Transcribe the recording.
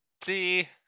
see